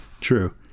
True